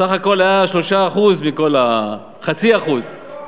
סך הכול, היה 3% מכל, חצי אחוז.